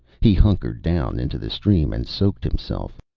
he hunkered down into the stream and soaked himself.